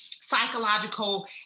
psychological